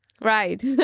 Right